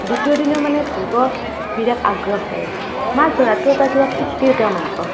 দ্বিতীয় দিনো মানে ধৰিব বিৰাট আগ্ৰহ কৰে মাছ ধৰাটো এটা কিবা ফূৰ্তিৰ কাম হেন পাওঁ